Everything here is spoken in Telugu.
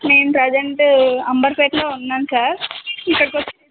నేను ప్రెసెంట్ అంబర్పేట్లో ఉన్నాను సార్ ఇక్కడికి వచ్చి ఇది